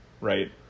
right